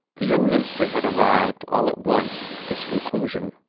the young minister had arrived, all at once, at this conclusion.